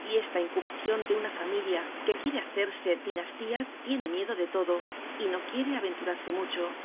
y esta incubacion de una familia que quiere hacerse dinastía tiene miedo de todo y no quiere aventurarse mucho